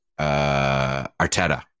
Arteta